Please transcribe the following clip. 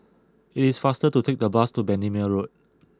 it is faster to take the bus to Bendemeer Road